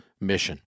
mission